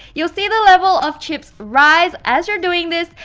you'll see the level of chips rise as your doing this.